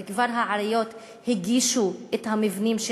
וכבר העיריות הגישו את המבנים,